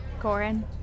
Corin